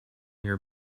your